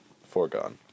Foregone